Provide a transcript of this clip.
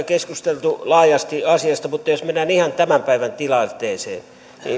keskusteltu asiasta mutta jos mennään ihan tämän päivän tilanteeseen niin